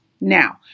Now